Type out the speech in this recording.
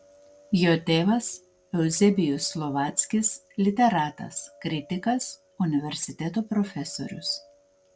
jo tėvas euzebijus slovackis literatas kritikas universiteto profesorius